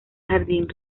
jardín